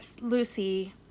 Lucy